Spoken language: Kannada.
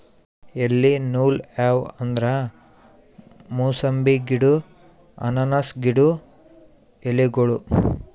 ಎಲಿ ನೂಲ್ ಯಾವ್ ಅಂದ್ರ ಮೂಸಂಬಿ ಗಿಡ್ಡು ಅನಾನಸ್ ಗಿಡ್ಡು ಎಲಿಗೋಳು